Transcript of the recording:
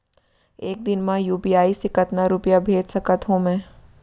एक दिन म यू.पी.आई से कतना रुपिया भेज सकत हो मैं?